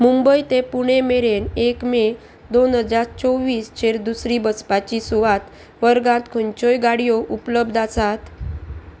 मुंबय ते पुणे मेरेन एक मे दोन हजार चोवीस चेर दुसरी बसपाची सुवात वर्गांत खंयच्योय गाडयो उपलब्ध आसात